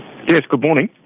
yes, good morning.